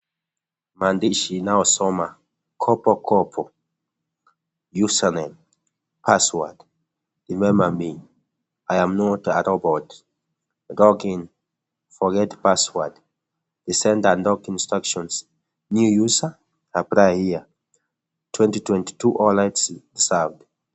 Mandishi inayisoma Kopo kopo. User name. Password. Remember me. I am not a robot. Log in. Forget password. Send and lock instructions. New user? Apply here. 2022 all rights served .